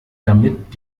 damit